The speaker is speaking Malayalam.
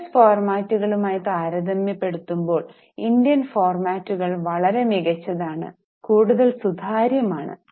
യുഎസ് ഫോർമാറ്റുകളുമായി താരതമ്യപ്പെടുത്തുമ്പോൾ ഇന്ത്യൻ ഫോർമാറ്റുകൾ വളരെ മികച്ചതാണ് കൂടുതൽ സുതാര്യമാണ്